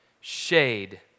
Shade